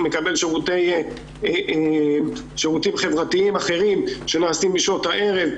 מקבל שירותים חברתיים אחרים שנעשים בשעות הערב,